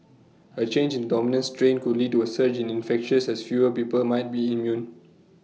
A change in dominant strain could lead to A surge in infections has fewer people might be immune